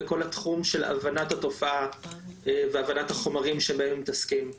בכל התחום של הבנת התופעה והבנת החומרים שבהם הם מתעסקים.